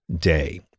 day